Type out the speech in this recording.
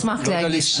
אני אשמח להגיש חוק.